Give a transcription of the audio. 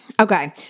Okay